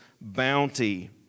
bounty